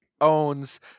owns